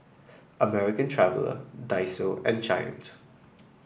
American Traveller Daiso and Giant